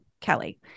Kelly